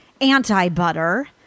anti-butter